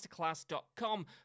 masterclass.com